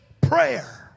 prayer